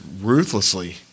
ruthlessly